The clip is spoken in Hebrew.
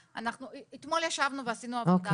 אתמול ישבנו ועשינו עבודה.